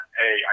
hey